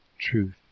truth